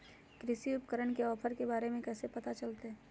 कृषि उपकरण के ऑफर के बारे में कैसे पता चलतय?